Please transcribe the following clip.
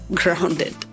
grounded